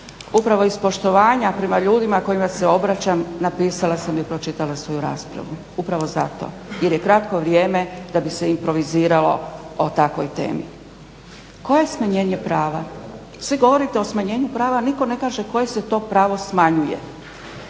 upravo iz poštovanja prema ljudima kojima se obraćam napisala sam i pročitala svoju raspravu, upravo zato jer je kratko vrijeme da bi se improviziralo o takvoj temi. Koje smanjenje prava? Svi govorite o smanjenju prava, a nitko ne kaže koje se to pravo smanjuje.